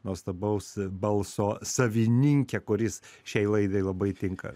nuostabaus balso savininke kuris šiai laidai labai tinka